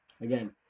Again